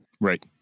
Right